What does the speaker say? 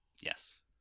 Yes